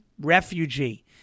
refugee